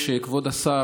כבוד השר,